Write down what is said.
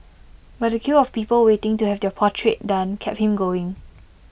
but the queue of people waiting to have their portrait done kept him going